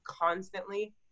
constantly